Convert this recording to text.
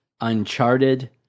Uncharted